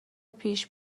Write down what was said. پیش